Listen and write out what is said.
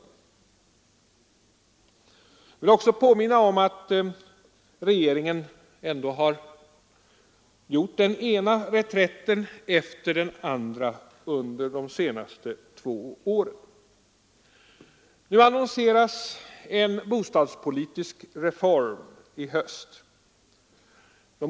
Jag vill också påminna om att regeringen ändå har gjort den ena reträtten efter den andra under de senaste två åren. Nu annonseras en bostadspolitisk reform som vi skall ta ställning till i höst.